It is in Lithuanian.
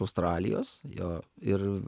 australijos jo ir